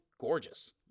gorgeous